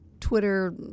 Twitter